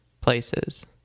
places